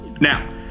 Now